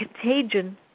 contagion